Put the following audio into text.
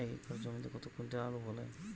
এক একর জমিতে কত কুইন্টাল আলু ফলে?